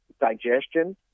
digestion